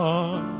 on